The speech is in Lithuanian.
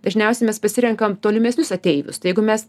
dažniausiai mes pasirenkam tolimesnius ateivius tai jeigu mes